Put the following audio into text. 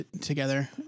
together